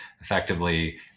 effectively